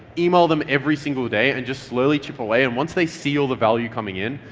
email them every single day, and just slowly chip away, and once they see all the value coming in,